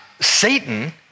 Satan